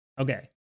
Okay